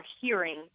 hearing